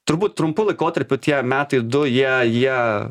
turbūt trumpu laikotarpiu tie metai du jie jie